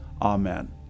Amen